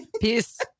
Peace